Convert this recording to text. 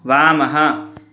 वामः